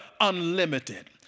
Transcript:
unlimited